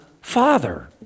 Father